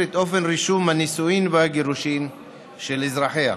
את אופן רישום הנישואין והגירושין של אזרחיה.